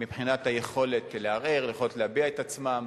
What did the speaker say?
מבחינת היכולת לערער, היכולת להביע את עצמם.